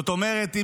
זאת אומרת,